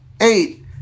eight